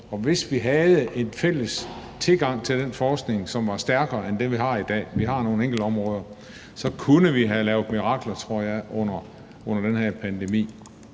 hvis vi havde en fælles tilgang til den forskning, som var stærkere end det, vi har i dag – vi har nogle enkelte områder